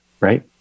Right